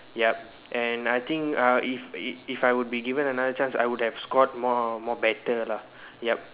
yup and I think uh if if I would be given another chance I would have scored more more better lah yup